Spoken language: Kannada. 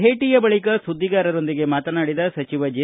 ಭೇಟಿಯ ಬಳಿಕ ಸುದ್ವಿಗಾರರೊಂದಿಗೆ ಮಾತನಾಡಿದ ಸಚಿವ ಜೆ